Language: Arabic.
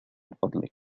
فضلك